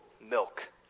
milk